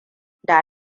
da